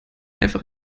einfach